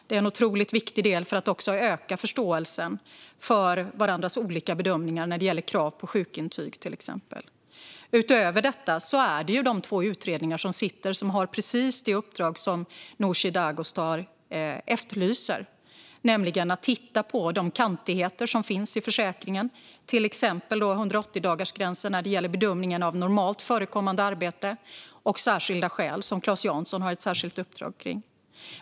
Det är en otroligt viktig del för att öka förståelsen för varandras olika bedömningar när det gäller krav på sjukintyg, till exempel. Utöver detta är det de två utredningar som sitter som har precis det uppdrag som Nooshi Dadgostar efterlyser, nämligen att titta på de kantigheter som finns i försäkringen, till exempel 180-dagarsgränsen när det gäller bedömningen av normalt förekommande arbete och särskilda skäl, där Claes Jansson har ett särskilt uppdrag.